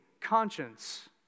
conscience